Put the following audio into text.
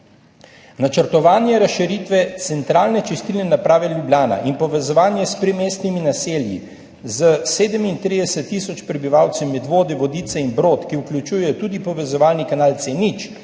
Načrtovanje razširitve Centralne čistilne naprave Ljubljana in povezovanje s primestnimi naselji s 37 tisoč prebivalci Medvod, Vodic in Broda, ki vključujejo tudi povezovalni kanal C0